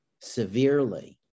severely